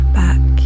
back